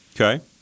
Okay